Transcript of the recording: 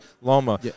Loma